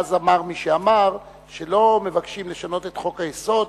ואז אמר מי שאמר שלא מבקשים לשנות את חוק-היסוד,